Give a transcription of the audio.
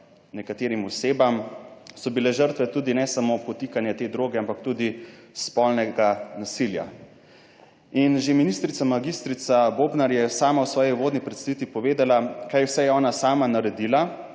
nekaterim osebam, so bile žrtve tudi ne samo podtikanja te droge, ampak tudi spolnega nasilja. In že ministrica mag. Bobnar je sama v svoji uvodni predstavitvi povedala, kaj vse je ona sama naredila,